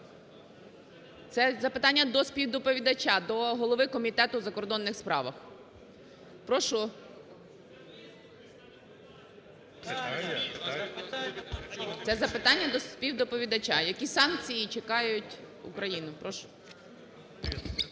Це запитання до співдоповідача, до голови Комітету у закордонних справах. Прошу. Це запитання до співдоповідача, які санкції чекають Україну. Прошу.